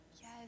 Yes